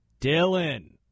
Dylan